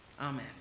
Amen